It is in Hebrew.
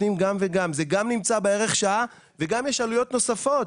זה גם נמצא בערך שעה וגם יש עלויות נוספות